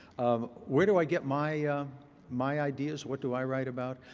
um where do i get my my ideas, what do i write about?